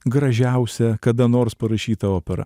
gražiausia kada nors parašyta opera